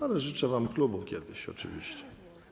Ale życzę wam klubu kiedyś oczywiście.